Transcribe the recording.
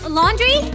laundry